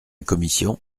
commission